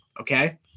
okay